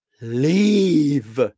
Leave